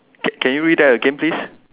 can can you read that again please